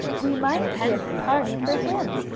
we might give the party for him,